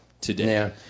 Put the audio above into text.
today